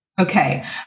Okay